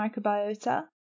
microbiota